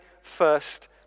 first